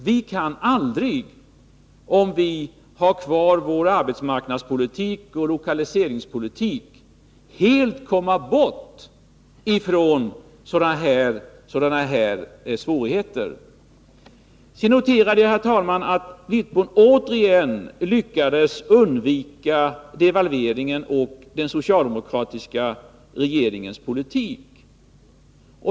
Vi kan aldrig — om vi har kvar vår arbetsmarknadspolitik och lokaliseringspolitik — helt komma bort från sådana här svårigheter. Herr talman! Jag noterar att herr Wittbom åter lyckades undvika att beröra devalveringen och den socialdemokratiska regeringens politik.